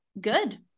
good